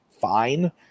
fine